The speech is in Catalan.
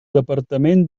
departament